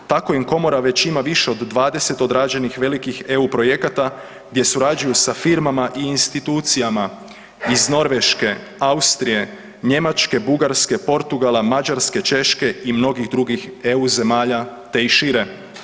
Tako im komora već ima više od 20 odrađenih velikih eu projekata gdje surađuju sa firmama i institucijama iz Norveške, Austrije, Njemačke, Bugarske, Portugala, Mađarske, Češke i mnogi drugih EU zemalja te i šire.